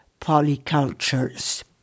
polycultures